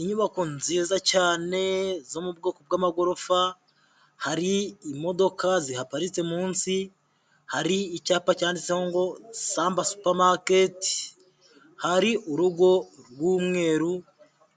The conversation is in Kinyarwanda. Inyubako nziza cyane zo mu bwoko bw'amagorofa, hari imodoka zihaparitse munsi, hari icyapa cyanditseho ngo Samba supa maketi, hari urugo rw'umweru